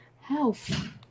health